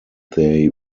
they